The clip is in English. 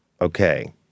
okay